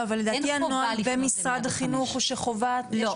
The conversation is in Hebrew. אין חובה לפנות ל-105.